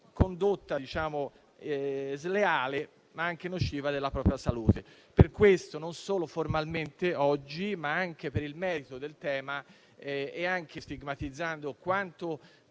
condotta sleale, ma anche nociva per la propria salute. Per questo, non solo formalmente, oggi, ma anche per il merito del tema, stigmatizzando